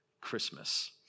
Christmas